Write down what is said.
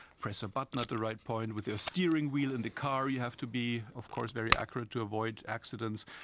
press a button at the right point, with your steering wheel in the car you have to be of course very accurate to avoid accidents.